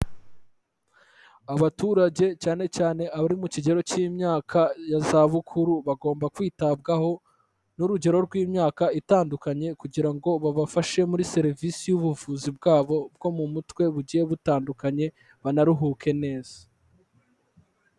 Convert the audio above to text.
Abaturage cyane cyane abari mu kigero cy'imyaka ya zabukuru, bagomba kwitabwaho n'urugero rw'imyaka itandukanye; kugira ngo babafashe muri serivisi y'ubuvuzi bwabo bwo mu mutwe bugiye butandukanye, banaruhuke neza.